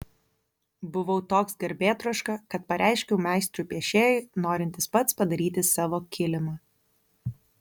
buvau toks garbėtroška kad pareiškiau meistrui piešėjui norintis pats padaryti savo kilimą